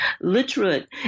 literate